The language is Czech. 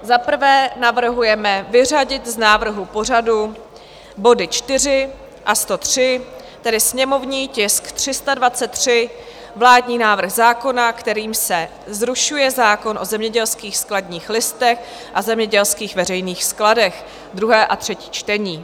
Za prvé navrhujeme vyřadit z návrhu pořadu body 4 a 103, tedy sněmovní tisk 323, vládní návrh zákona, kterým se zrušuje zákon o zemědělských skladních listech a zemědělských veřejných skladech, druhé a třetí čtení.